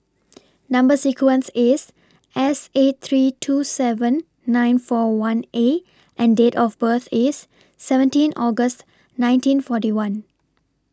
Number sequence IS S eight three two seven nine four one A and Date of birth IS seventeen August nineteen forty one